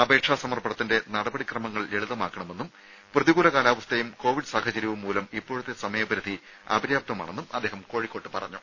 അപേക്ഷാ സമർപ്പണത്തിന്റെ നടപടിക്രമങ്ങൾ ലളിതമാക്കണമെന്നും പ്രതികൂല കാലാവസ്ഥയും കോവിഡ് സാഹചര്യവും മൂലം ഇപ്പോഴത്തെ സമയ പരിധി അപര്യാപ്തമാണെന്നും അദ്ദേഹം കോഴിക്കോട്ട് പറഞ്ഞു